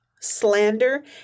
slander